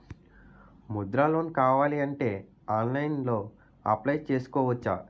Mudra loan కావాలి అంటే ఆన్లైన్లో అప్లయ్ చేసుకోవచ్చా?